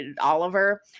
oliver